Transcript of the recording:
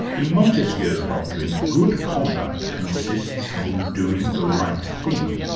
in montesquieu's doctrine, good conduct consists in doing the right thing,